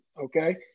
okay